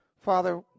Father